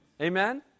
Amen